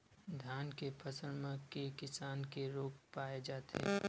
धान के फसल म के किसम के रोग पाय जाथे?